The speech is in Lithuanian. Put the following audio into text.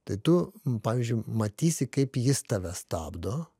tai tu pavyzdžiui matysi kaip jis tave stabdo